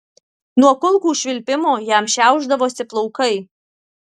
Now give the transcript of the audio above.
nuo kulkų švilpimo jam šiaušdavosi plaukai